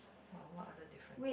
oh what other difference